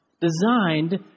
designed